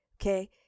okay